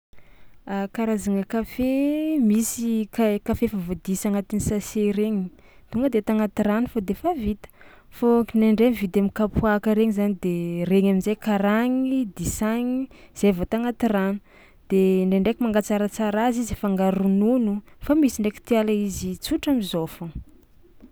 A karazagna kafe: misy kai- kafe efa voadisa agnatin'ny sase regny tonga de ata agnaty rano fao de fa vita fô ko nay ndray mividy am'kapoàka regny zany de regny amin-jay karanigny, disanigny zay vao ata agnaty rano de ndraindraiky mangatsaratsara azy izy afangaro ronono fa misy ndraiky tia le izy tsotra am'zao foagna.